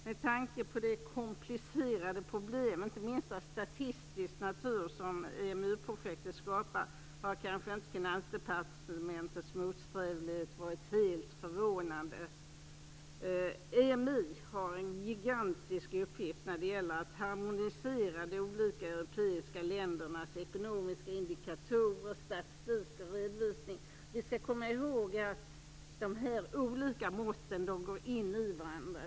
Med tanke på de komplicerade problem inte minst av statistisk natur som EMU-projektet skapar har Finansdepartementets motsträvighet kanske inte varit helt förvånande. EMI har en gigantisk uppgift när det gäller att harmonisera de olika europeiska ländernas ekonomiska indikatorer, statistik och redovisning. Vi skall komma ihåg att dessa olika mått går in i varandra.